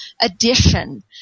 addition